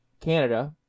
Canada